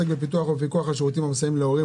עוסק בפיתוח ובפיקוח על שירותים המסייעים להורים